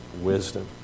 wisdom